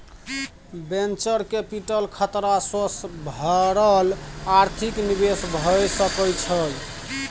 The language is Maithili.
वेन्चर कैपिटल खतरा सँ भरल आर्थिक निवेश भए सकइ छइ